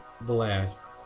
bless